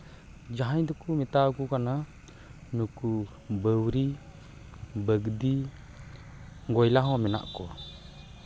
ᱡᱟᱦᱟᱸᱭ ᱫᱚᱠᱚ ᱢᱮᱛᱟᱣᱠᱚ ᱠᱟᱱᱟ ᱱᱩᱠᱩ ᱵᱟᱹᱣᱨᱤ ᱵᱟᱹᱜᱽᱫᱤ ᱜᱚᱭᱞᱟ ᱦᱚᱸ ᱢᱮᱱᱟᱜ ᱠᱚᱣᱟ